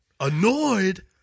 annoyed